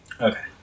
Okay